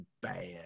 bad